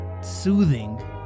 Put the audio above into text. soothing